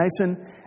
nation